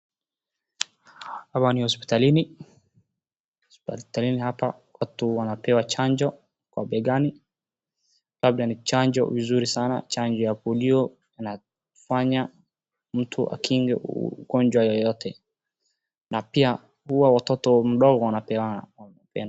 Hapa ni hosiptalini, hosiptalini hapa watu wanapewa chanjo kwa begani labda ni chanjo vizuri sana, chanjo ya polio inafanya mtu akinge ugonjwa yeyote na pia huwa watoto wadogo wanapewa.